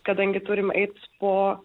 kadangi turim eit po